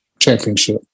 championship